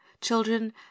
children